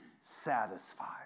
satisfied